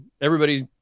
Everybody's